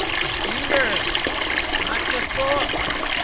computers. it's not just books!